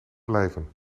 blijven